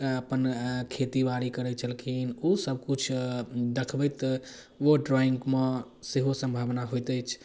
अपन खेतीबाड़ी करै छलखिन ओ सबकिछु देखबैत ओ ड्राइङ्गमे सेहो सम्भावना होइत अछि